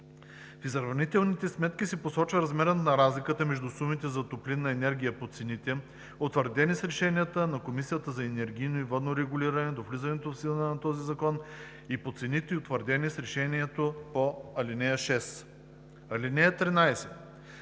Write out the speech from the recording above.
В изравнителните сметки се посочва размерът на разликата между сумите за топлинна енергия по цените, утвърдени с решенията на Комисията за енергийно и водно регулиране до влизането в сила на този закон, и по цените, утвърдени с решението по ал. 6. (13)